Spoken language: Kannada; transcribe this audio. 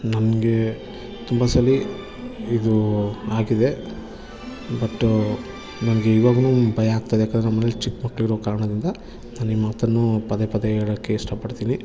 ನನಗೆ ತುಂಬ ಸಲ ಇದು ಆಗಿದೆ ಬಟ ನನಗೆ ಇವಾಗ್ಲೂ ಭಯ ಆಗ್ತಾಯಿದೆ ಯಾಕಂದ್ರೆ ನಮ್ಮನೇಲಿ ಚಿಕ್ಕಮಕ್ಳಿರೋ ಕಾರಣದಿಂದ ನಾನು ನಿಮ್ಮ ಹತ್ರನೂ ಪದೇ ಪದೇ ಹೇಳಕ್ಕೆ ಇಷ್ಟಪಡ್ತೀನಿ